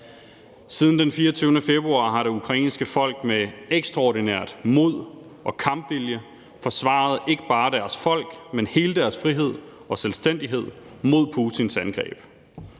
Siden den 24. februar har det ukrainske folk med ekstraordinært mod og kampvilje forsvaret ikke bare sig selv, men hele deres frihed og selvstændighed, mod Putins angreb.